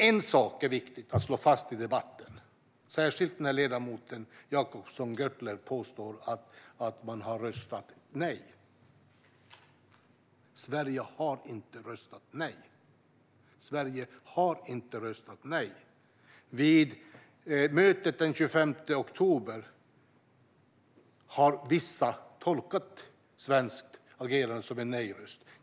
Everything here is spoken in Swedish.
En sak är viktig att slå fast i debatten, särskilt när ledamoten Jacobsson Gjörtler påstår att man har röstat nej: Sverige har inte röstat nej. Vissa har tolkat svenskt agerande på mötet den 25 oktober som en nej-röst.